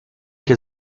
que